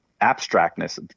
abstractness